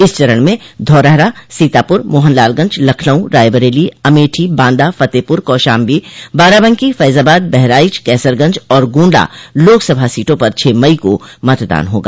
इस चरण में धौरहरा सीतापुर मोहनलालगंज लखनऊ रायबरेली अमेठी बांदा फतेहपुर कौशाम्बी बाराबंकी फैजाबाद बहराइच कैसरगंज और गोण्डा लाकसभा सीटों पर छह मई को मतदान होगा